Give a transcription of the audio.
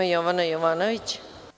Jovana Jovanović.